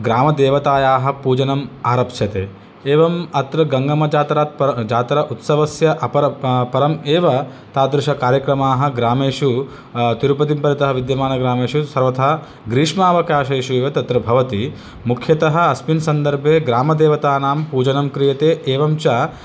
ग्रामदेवतायाः पूजनम् आरप्स्यते एवम् अत्र गङ्गम्मजात्रात् पर जात्रा उत्सवस्य अपर परम् एव तादृशकार्यक्रमाः ग्रामेषु तिरुपतिं परितः विद्यमानग्रामेषु सर्वथा ग्रीष्मावकाशेषु एव तत्र भवति मुख्यतः अस्मिन् सन्दर्भे ग्रामदेवतनां पूजनं क्रियते एवं च